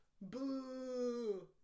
boo